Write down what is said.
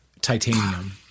titanium